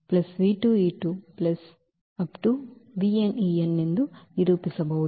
ಆದ್ದರಿಂದ ಈ v ಅನ್ನು ಎಂದು ನಿರೂಪಿಸಬಹುದು